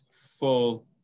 full